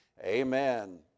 Amen